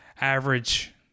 average